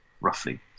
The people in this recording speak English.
roughly